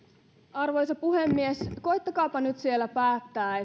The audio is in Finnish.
arvoisa puhemies koettakaapa nyt siellä päättää